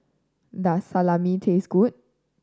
does Salami taste good